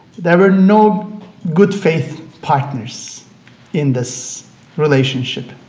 there were no good faith patterns in this relationship.